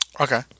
Okay